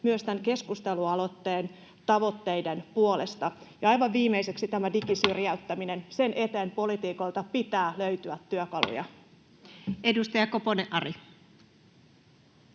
myös tämän keskustelualoitteen tavoitteiden puolesta. Ja aivan viimeiseksi tämä digisyrjäyttäminen: sen eteen poliitikoilta pitää löytyä työkaluja. [Speech